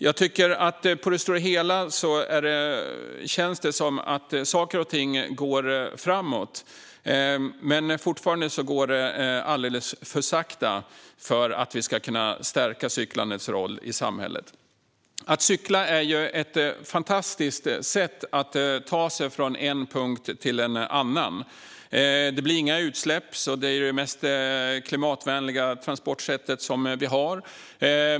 Jag tycker att det på det stora hela känns som att saker och ting går framåt, men det går fortfarande alldeles för sakta för att vi ska kunna stärka cyklandets roll i samhället. Att cykla är ett fantastiskt sätt att ta sig från en punkt till en annan. Det blir inga utsläpp, så det är det mest klimatvänliga transportsätt vi har.